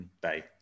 Bye